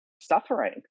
Suffering